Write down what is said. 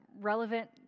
relevant